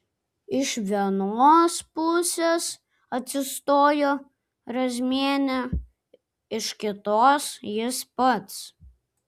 iš vienos pusės atsistojo razmienė iš kitos jis pats